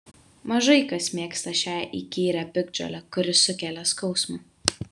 mažai kas mėgsta šią įkyrią piktžolę kuri sukelia skausmą